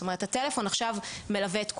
זאת אומרת, הטלפון עכשיו מלווה את כולנו,